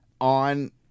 on